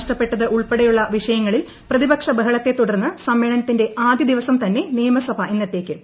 നഷ്ടപ്പെട്ടത് ഉൾപ്പെടെയുള്ള വിഷയങ്ങളിൽ പ്രതിപക്ഷ ബഹളത്തെ തുടർന്ന് സമ്മേളനത്തിന്റെ ആദ്യ ദിവസം തന്നെ നിയമസഭ ഇന്നത്തേക്ക് പിരിഞ്ഞു